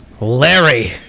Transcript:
Larry